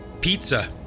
pizza